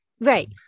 Right